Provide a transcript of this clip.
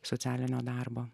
socialinio darbo